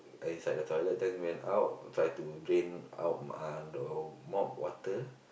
inside the toilet then went out try to drain out uh the mop water